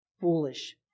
foolish